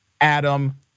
Adam